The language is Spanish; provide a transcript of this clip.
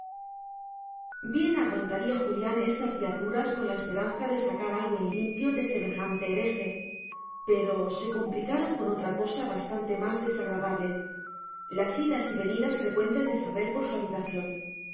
bien aguantaría julián estas diabluras con la esperanza de sacar algo en limpio de semejante hereje pero se complicaron con otra cosa bastante más desagradable las idas y venidas frecuentes de sabel por su habitación